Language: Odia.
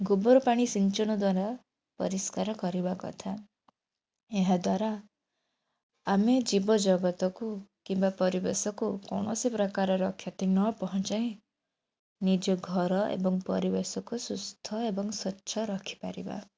ଗୋବର ପାଣି ସିଞ୍ଚନ ଦ୍ୱାରା ପରିଷ୍କାର କରିବା କଥା ଏହାଦ୍ୱାରା ଆମେ ଜୀବ ଜଗତକୁ କିମ୍ବା ପରିବେଶଜୁ କୌଣସି ପ୍ରକାରର କ୍ଷତି ନ ପହଞ୍ଚାଇ ନିଜ ଘର ଏବଂ ପରିବେଶକୁ ସୁସ୍ଥ ଏବଂ ସ୍ୱଛ ରଖିପାରିବା